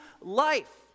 life